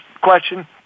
question